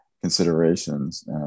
considerations